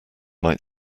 might